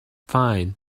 fine